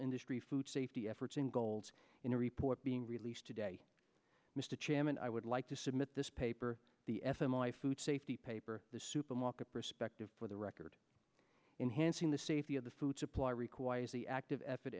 industry food safety efforts and goals in a report being released today mr chairman i would like to submit this paper the f m r i food safety paper the supermarket perspective for the record enhancing the safety of the food supply requires the active effort